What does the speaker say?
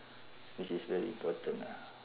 which is very important ah